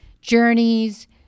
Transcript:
journeys